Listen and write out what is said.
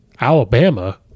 Alabama